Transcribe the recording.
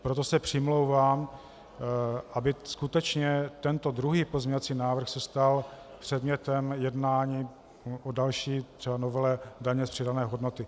Proto se přimlouvám, aby skutečně tento druhý pozměňovací návrh se stal předmětem jednání o další třeba novele daně z přidané hodnoty.